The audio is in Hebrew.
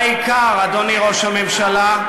והעיקר, אדוני ראש הממשלה,